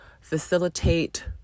facilitate